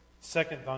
second